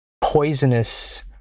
poisonous